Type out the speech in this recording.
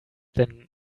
then